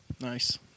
Nice